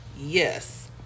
Yes